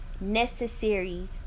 necessary